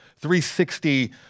360